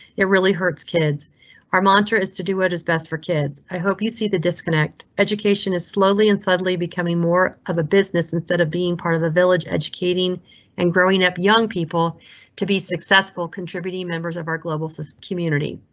it really hurts. kids are mantra is to do what is best for kids i hope you see the disconnect education is slowly and suddenly becoming more of a business instead of being part of the village, educating and growing up young people to be successful, contributing members of our global so community.